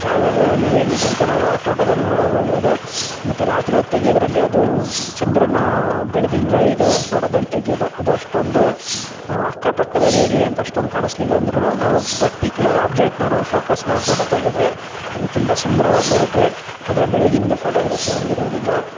ಜಾಗಗಳಲ್ಲಿ ಏನಿದೆ ಅಂತ ನಾವು ಆ ಫೋಟೋದಲ್ಲಿ ನೋಡಬೌದು ಮತ್ತು ರಾತ್ರಿ ಹೊತ್ ತೆಗೆಯೋದ್ರಲ್ಲಿ ಅದು ಚಂದ್ರನ ಬೆಳದಿಂಗಳ ಇದು ಫೋಟೋದಲ್ಲಿ ತೆಗೆಯೋದು ಅದು ಅಷ್ಟೊಂದು ಅಕ್ಕಪಕ್ಕದಲ್ಲಿ ಏನಿದೆ ಅಂತ ಅಷ್ಟೊಂದು ಕಾಣಿಸಲಿಲ್ಲ ಅಂದ್ರೂ ನಾವು ಪಟ್ಟಿಕ್ಯುಲರ್ ಆಬ್ಜೆಕ್ಟನ್ನ ನಾವು ಫೋಕಸ್ ಮಾಡಿ ಫೋಟೋ ತೆಗೆದ್ರೆ ಅದು ತುಂಬ ಸುಂದರ್ವಾಗಿ ಬರುತ್ತೆ ಆದರೆ ಬೆಳಗಿನ್ದು ಫೋಟೋಗ್ರಫಿ ಹಂಗಿರುದಿಲ್ಲ